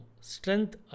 strength